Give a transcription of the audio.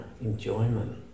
enjoyment